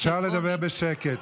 אפשר לדבר בשקט.